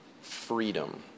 Freedom